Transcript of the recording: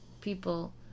people